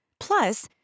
Plus